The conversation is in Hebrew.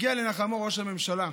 הגיע לנחמו ראש הממשלה.